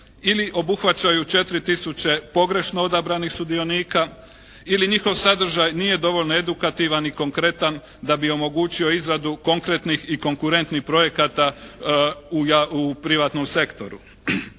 ili obuhvaćaju 4 tisuće pogrešno odabranih sudionika ili njihov sadržaj nije dovoljno edukativan i konkretan da bi omogućio izradu konkretnih i konkurentnih projekata u privatnom sektoru.